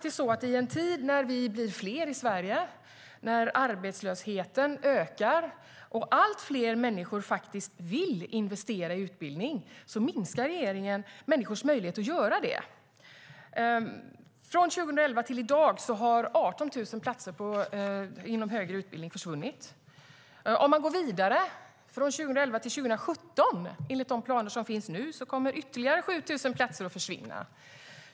I en tid när vi blir fler i Sverige, när arbetslösheten ökar och när allt fler människor vill investera i utbildning är det faktiskt så att regeringen minskar människors möjlighet att göra det. Från 2011 till i dag har 18 000 platser inom högre utbildning försvunnit. Om man går vidare, från 2011 till 2017, kommer enligt de planer som nu finns ytterligare 7 000 platser att försvinna.